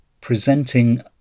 presenting